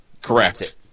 Correct